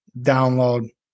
download